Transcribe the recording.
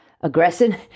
aggressive